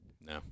No